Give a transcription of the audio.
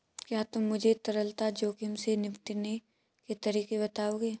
क्या तुम मुझे तरलता जोखिम से निपटने के तरीके बताओगे?